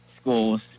schools